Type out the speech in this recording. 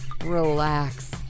Relax